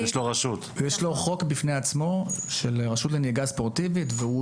יש לו חוק בפני עצמו של הרשות לנהיגה ספורטיבית והוא